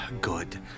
Good